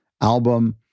album